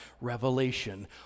revelation